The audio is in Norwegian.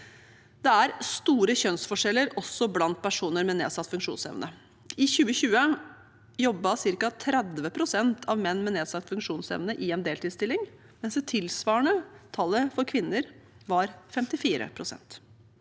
Det er store kjønnsforskjeller også blant personer med nedsatt funksjonsevne. I 2020 jobbet ca. 30 pst. av menn med nedsatt funksjonsevne i en deltidsstilling, mens det tilsvarende tallet for kvinner var 54 pst.